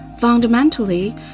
Fundamentally